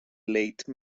late